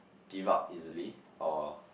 give up easily or